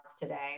today